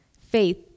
faith